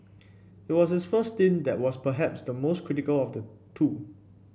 it was his first stint that was perhaps the most critical of the two